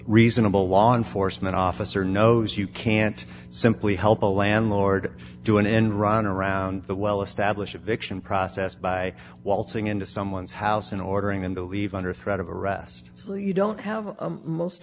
reasonable law enforcement officer knows you can't simply help a landlord do an end run around the well established fiction process by waltzing into someone's house and ordering them to leave under threat of arrest so you don't have a most